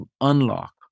unlock